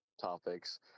topics